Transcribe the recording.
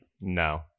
No